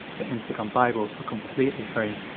the instagram bible, for completely free.